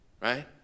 right